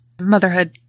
motherhood